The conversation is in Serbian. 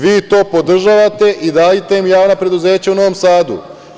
Vi to podržavate i dajete im javna preduzeća u Novom Sadu.